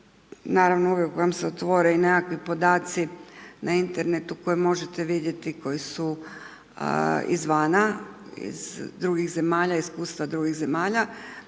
naravno uvijek vam se otvori nekakvi podaci na internetu koje možete vidjeti koje su izvana iz drugih zemalja iskustva drugih zemalja.